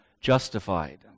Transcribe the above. justified